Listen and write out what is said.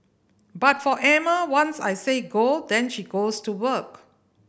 but for Emma once I say go then she goes to work